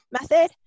method